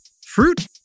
Fruit